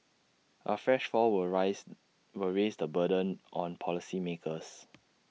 A fresh fall will rise will raise the burden on policymakers